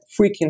freaking